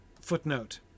Footnote